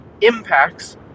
impacts